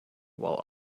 while